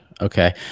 Okay